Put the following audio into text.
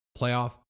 playoff